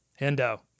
Hendo